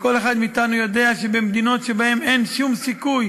וכל אחד מאתנו יודע שבמדינות שבהן אין שום סיכוי